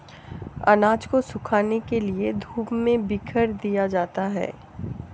अनाज को सुखाने के लिए धूप में बिखेर दिया जाता है